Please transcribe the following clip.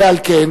ועל כן,